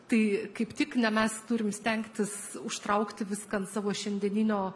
tai kaip tik ne mes turim stengtis užtraukti viską an savo šiandieninio